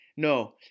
No